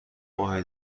ماه